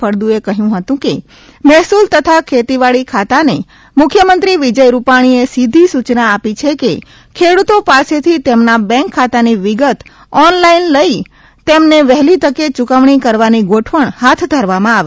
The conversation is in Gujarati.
ફળદુ એ કહ્યું હતું કે મહેસૂલ તથા ખેતીવાડી ખાતા ને મુખ્યમંત્રીવિજય રૂપાણી એ સીધી સૂયના આપી છે કે ખેડૂતો પાસે થી તેમના બઁક ખાતા ની વિગત ઓન લાઇનલઈ તેમણે વહેલી તકે યુકવણી કરવાની ગોઠવણ હાથ ધરવામાં આવે